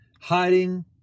hiding